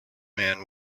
man